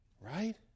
Right